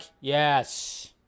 yes